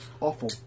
Awful